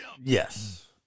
yes